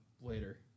later